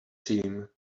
seem